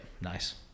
nice